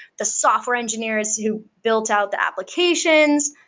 the software engineers who built out the applications,